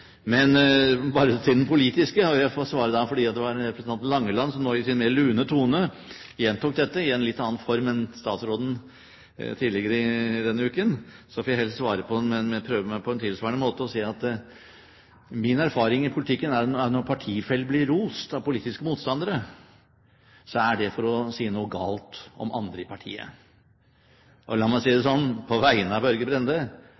Men til det politiske. Jeg får svare, fordi det var representanten Langeland som nå, i sin mer lune tone, gjentok dette i en litt annen form enn statsråden tidligere i denne uken. Så får jeg heller prøve meg på en tilsvarende måte og si: Min erfaring i politikken er at når partifeller blir rost av politiske motstandere, er det for å si noe galt om andre i partiet. La meg si det sånn på vegne av Børge Brende: